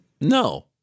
No